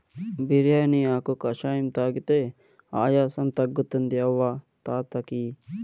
బిర్యానీ ఆకు కషాయం తాగితే ఆయాసం తగ్గుతుంది అవ్వ తాత కియి